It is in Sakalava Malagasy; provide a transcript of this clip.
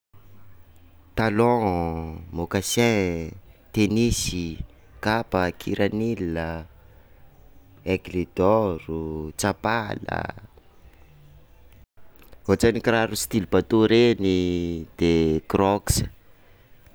Talon, moccassin, tennis, kapa, kiranil, aigle d'or, tsapala, ohatran'ny kiraro style bateau reny, de ny crocs.